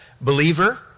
believer